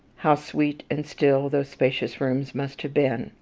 how sweet and still those spacious rooms must have been!